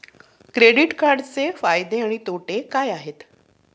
Credit कार्डचे फायदे आणि तोटे काय आहेत?